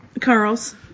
Carl's